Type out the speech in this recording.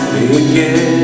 again